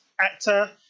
actor